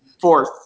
fourth